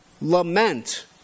lament